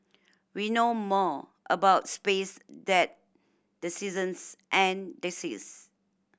we know more about space that the seasons and the seas